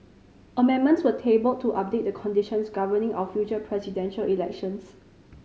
amendments were tabled to update the conditions governing our future presidential elections